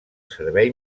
servei